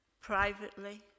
privately